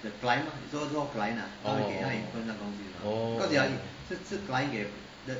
orh orh orh orh